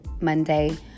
monday